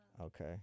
Okay